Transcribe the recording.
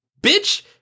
bitch-